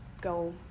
go